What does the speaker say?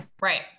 Right